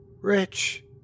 Rich